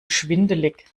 schwindelig